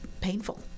painful